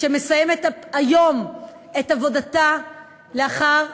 שמסיימת היום את עבודתה לאחר,